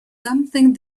something